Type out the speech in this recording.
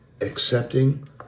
Accepting